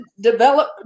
develop